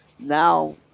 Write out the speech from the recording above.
Now